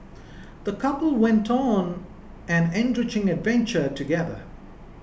the couple went on an enriching adventure together